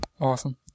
Awesome